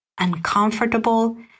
uncomfortable